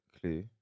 clue